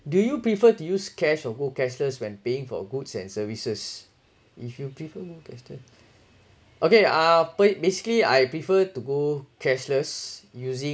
do you prefer to use cash or go cashless when paying for goods and services if you prefer question okay uh basically I prefer to go cashless using